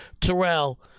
Terrell